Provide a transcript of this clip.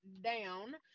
down